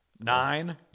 Nine